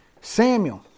Samuel